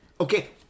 okay